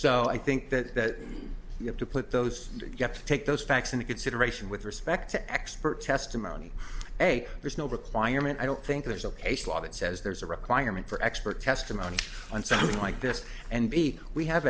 so i think that you have to put those you have to take those facts into consideration with respect to expert testimony hey there's no requirement i don't think there's a law that says there's a risk client for expert testimony on something like this and be we have